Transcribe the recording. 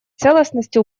целостности